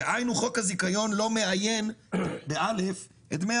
דהיינו חוק הזיכיון לא מאיין את דמי